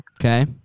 Okay